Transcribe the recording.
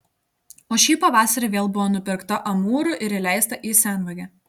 o šį pavasarį vėl buvo nupirkta amūrų ir įleista į senvagę